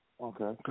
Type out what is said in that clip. okay